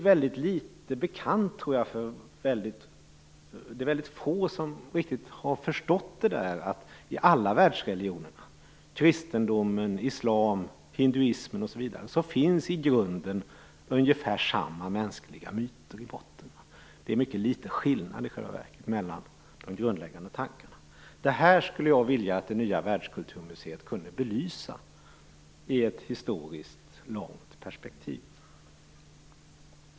Jag tror att det är väldigt få som riktigt har förstått att i botten av alla världsreligioner - kristendomen, islam, hinduismen osv. - finns ungefär samma mänskliga myter. Det är i själva verket mycket små skillnader mellan de grundläggande tankarna. Detta skulle jag vilja att det nya världskulturmuseet kunde belysa i ett historiskt långt perspektiv.